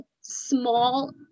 small